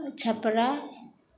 Chhapra